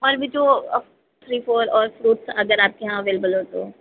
और भी जो थ्री फोर और फ्रूटस अगर आपके यहा एवलेबल हो तो